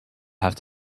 have